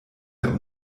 der